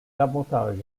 davantage